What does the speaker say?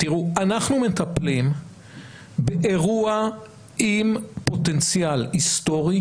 תיראו, אנחנו מטפלים באירוע עם פוטנציאל היסטורי